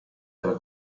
nella